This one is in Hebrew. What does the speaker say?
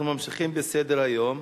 אנחנו ממשיכים בסדר-היום: